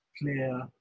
clear